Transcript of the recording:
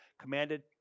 commanded